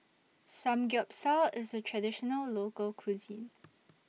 Samgyeopsal IS A Traditional Local Cuisine